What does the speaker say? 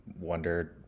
wondered